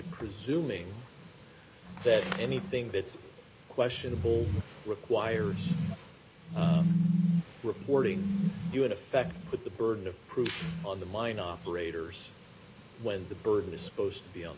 presuming that anything that's questionable requires reporting you in effect but the burden of proof on the mine operators when the burden is supposed to